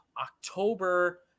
October